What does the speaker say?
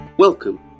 Welcome